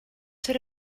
ser